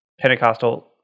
pentecostal